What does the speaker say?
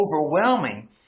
overwhelming